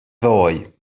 ddoe